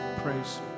praise